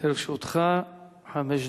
לרשותך חמש דקות.